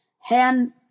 hand-